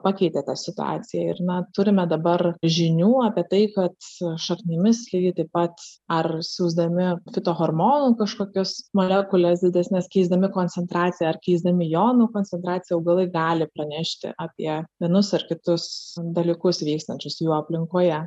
pakeitė tą situaciją ir na turime dabar žinių apie tai kad šaknimis lygiai taip pat ar siųsdami fitohormonų kažkokius molekules didesnes keisdami koncentraciją ar keisdami jonų koncentraciją augalai gali pranešti apie vienus ar kitus dalykus vykstančius jų aplinkoje